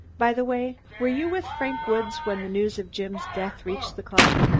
by the way, were you with frank woods when the news of jim's death reached the club?